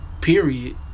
Period